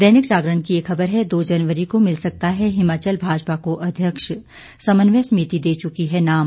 दैनिक जागरण की एक खबर है दो जनवरी को मिल सकता है हिमाचल भाजपा को अध्यक्ष समन्वय समिति दे चुकी है नाम